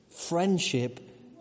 Friendship